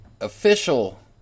official